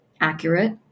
accurate